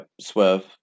swerve